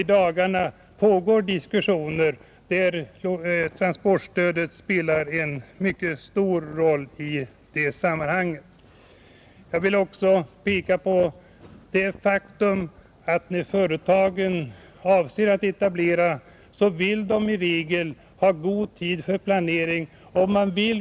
I dagarna pågår diskussioner, där transportstödet spelar en mycket stor roll i det sammanhanget. Jag vill också peka på det faktum att när företagen avser att etablera vill de i regel ha god tid för planering.